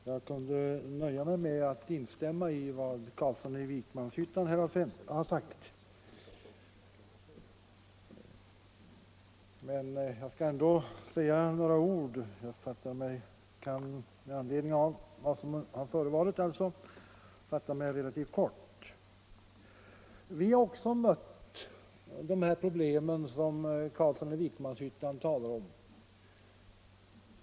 Herr talman! Jag kunde nöja mig med att instämma i vad herr Carlsson i Vikmanshyttan har anfört, men jag skall ändå säga några ord. Med anledning av vad som har förevarit kan jag fatta mig relativt kort. Jag har också mött de problem som herr Carlsson talat om.